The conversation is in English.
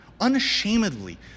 unashamedly